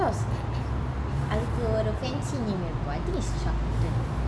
I thought was அதுக்கு ஒரு:athuku oru fancy name இருக்கும்:irukum I think is choco